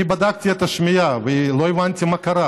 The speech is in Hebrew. אני בדקתי את השמיעה ולא הבנתי מה קרה.